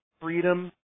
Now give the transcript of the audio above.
freedom